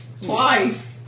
Twice